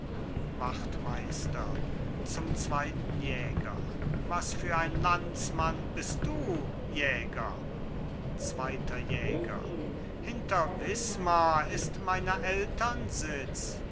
wachtmeister zum zweiten jäger was für ein landsmann bist du jäger zweiter jäger hinter wismar ist meiner eltern sitz